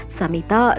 samita